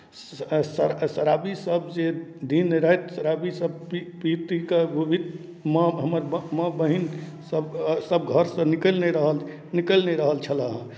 श शर शराबीसभ जे दिन राति शराबीसभ पी पी ती कऽ माँ हमर माँ बहिनसभ सभ घरसँ निकलि नहि रह निकलि नहि रहल छलै हेँ